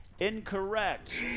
Incorrect